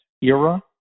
era